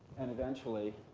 and eventually,